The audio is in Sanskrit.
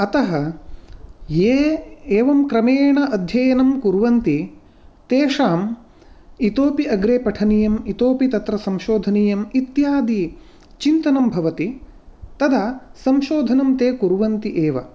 अतः ये एवं क्रमेण अध्ययनं कुर्वन्ति तेषाम् इतोऽपि अग्रे पठनीयम् इतोऽपि तत्र संशोधनीयम् इत्यादि चिन्तनं भवति तदा संशोधनं ते कुर्वन्ति एव